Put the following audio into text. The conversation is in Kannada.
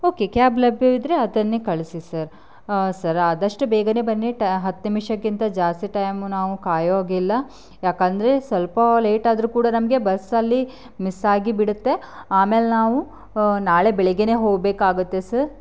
ಓಕೆ ಕ್ಯಾಬ್ ಲಭ್ಯವಿದ್ದರೆ ಅದನ್ನೇ ಕಳಿಸಿ ಸರ್ ಆಂ ಸರ್ ಆದಷ್ಟು ಬೇಗನೆ ಬನ್ನಿ ಟ ಹತ್ತು ನಿಮಿಷಕ್ಕಿಂತ ಜಾಸ್ತಿ ಟೈಮು ನಾವು ಕಾಯೋ ಹಾಗಿಲ್ಲ ಯಾಕಂದರೆ ಸ್ವಲ್ಪ ಲೇಟಾದ್ರೂ ಕೂಡ ನಮಗೆ ಬಸ್ ಅಲ್ಲಿ ಮಿಸ್ಸಾಗಿ ಬಿಡುತ್ತೆ ಆಮೇಲೆ ನಾವು ನಾಳೆ ಬೆಳಿಗ್ಗೆನೆ ಹೋಗಬೇಕಾಗುತ್ತೆ ಸರ್